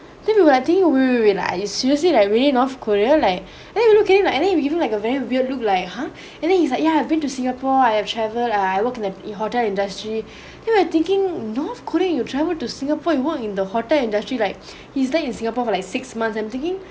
then we were like thinking wait wait wait are you seriously like really north korea leh and then we look at him and then we give him like a very weird look like !huh! and then he's like ya I've been to singapore I have traveled I worked in a e hotel industry here we are thinking north korea you travelled to singapore you work in the hotel industry like he's there in singapore for like six months I'm thinking